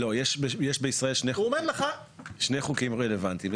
לא, יש בישראל שני חוקים רלוונטיים.